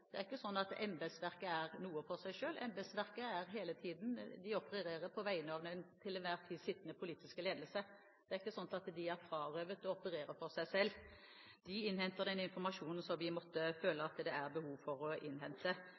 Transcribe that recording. Det er ikke sånn at embetsverket er noe for seg selv. Embetsverket er der hele tiden – de opererer på vegne av den til enhver tid sittende politiske ledelse. Det er ikke sånn at de er frarøvet å operere for seg selv. De innhenter den informasjonen som de måtte føle at det er behov for å innhente.